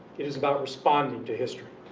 it is about responding to history.